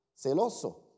Celoso